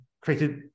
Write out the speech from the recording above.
created